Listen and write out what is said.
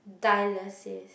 dialysis